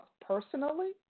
personally